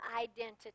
identity